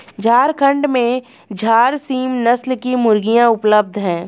झारखण्ड में झारसीम नस्ल की मुर्गियाँ उपलब्ध है